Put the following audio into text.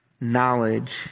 knowledge